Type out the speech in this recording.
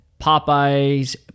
Popeye's